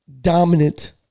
dominant